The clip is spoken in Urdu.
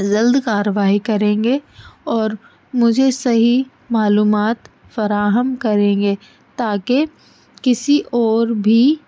جلد کارروائی کریں گے اور مجھے صحیح معلومات فراہم کریں گے تاکہ کسی اور بھی